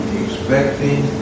expecting